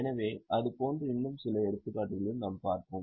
எனவே அதுபோன்று இன்னும் சில எடுத்துக்காட்டுகளையும் நாம் பாப்போம்